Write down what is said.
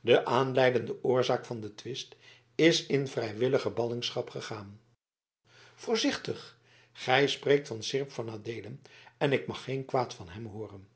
de aanleidende oorzaak van den twist is in vrijwillige ballingschap gegaan voorzichtig gij spreekt van seerp van adeelen en ik mag geen kwaad van hem hooren